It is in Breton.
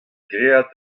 graet